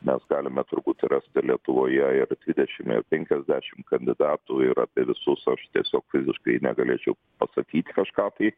mes galime turbūt rasti lietuvoje ir dvidešim ir penkiasdešim kandidatų ir apie visus aš tiesiog fiziškai negalėčiau pasakyt kažką tai